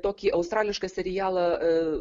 tokį australišką serialą